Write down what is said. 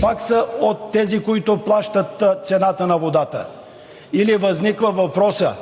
Пак са от тези, които плащат цената на водата. Или възниква въпросът: